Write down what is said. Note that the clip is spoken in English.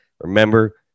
Remember